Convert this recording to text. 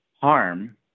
harm